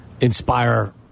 inspire